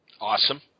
Awesome